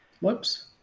whoops